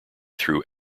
through